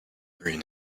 green